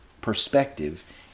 perspective